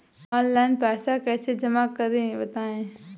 Online पैसा कैसे जमा करें बताएँ?